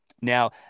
Now